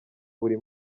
buri